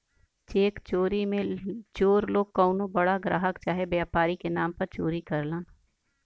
check चोरी मे चोर लोग कउनो बड़ा ग्राहक चाहे व्यापारी के नाम पर चोरी करला